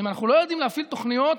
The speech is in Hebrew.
ואם אנחנו לא יודעים להפעיל תוכניות,